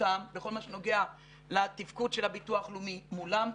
אותם בכל מה שנוגע לתפקוד של הביטוח לאומי מולם,